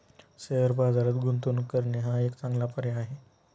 share बाजारात गुंतवणूक करणे हा एक चांगला पर्याय आहे